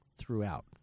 throughout